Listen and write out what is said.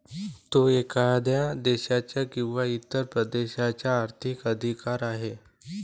तो एखाद्या देशाचा किंवा इतर प्रदेशाचा आर्थिक अधिकार आहे